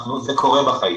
זה קורה בחיים.